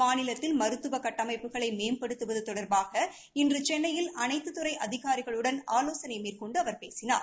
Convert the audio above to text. மாநிலத்தில் மருத்துவ கட்டமைப்புகளை மேம்படுத்துவது தொடர்பாக இன்று சென்னையில் அனைத்துத்துறை அதிகாரிகளுடன் ஆலோசனை மேற்கொண்டு அவர் பேசினார்